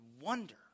wonder